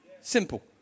Simple